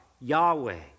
Yahweh